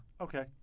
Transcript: okay